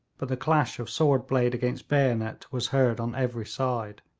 but the clash of sword blade against bayonet was heard on every side.